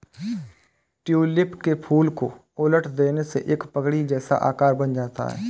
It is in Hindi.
ट्यूलिप के फूल को उलट देने से एक पगड़ी जैसा आकार बन जाता है